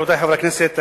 רבותי חברי הכנסת,